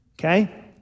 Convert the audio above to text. okay